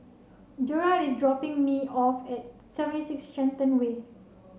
Jerrad is dropping me off at seventy six Shenton Way